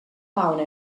fauna